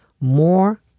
more